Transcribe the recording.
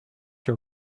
your